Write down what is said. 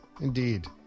Indeed